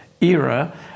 era